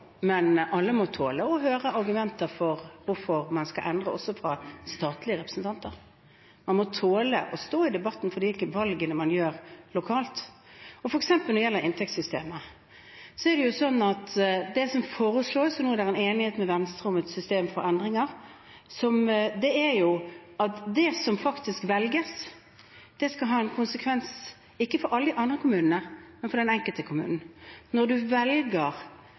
men alle må tåle å høre argumenter for hvorfor man skal endre, også fra statlige representanter. Man må tåle å stå i debatten for de valgene man gjør lokalt. For eksempel når det gjelder inntektssystemet, er det sånn at det som foreslås – og nå er det enighet med Venstre om et system for endringer – er at det som faktisk velges, skal ha en konsekvens, ikke for alle de andre kommunene, men for den enkelte kommune. Når man velger